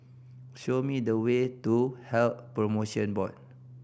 show me the way to Health Promotion Board